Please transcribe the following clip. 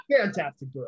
fantastic